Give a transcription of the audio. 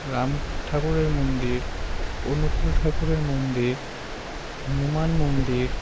রাম ঠাকুরের মন্দির অনুকূল ঠাকুরের মন্দির হনুমান মন্দির